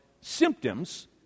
symptoms